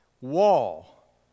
wall